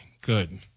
good